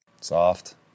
soft